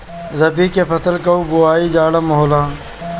रबी के फसल कअ बोआई जाड़ा में होला